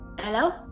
Hello